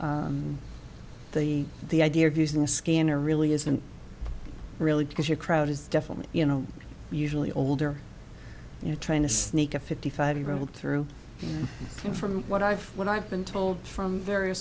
so the idea of using a scanner really isn't really because your crowd is definitely you know usually older you're trying to sneak a fifty five year old through and from what i've what i've been told from various